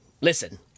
listen